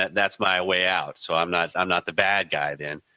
that's my way out. so i'm not i'm not the bad guy then.